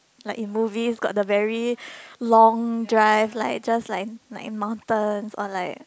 like in movies got the very long drive like just like like in mountain or like